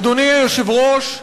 אדוני היושב-ראש,